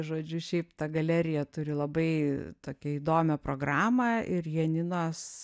žodžiu šiaip ta galerija turi labai tokią įdomią programą ir janinos